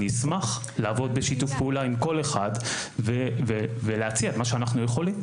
אשמח לעבוד בשיתוף פעולה עם כל אחד ולהציע את מה שאנחנו יכולים.